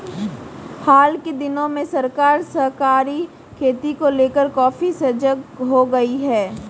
हाल के दिनों में सरकार सहकारी खेती को लेकर काफी सजग हो गई है